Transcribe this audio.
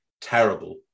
terrible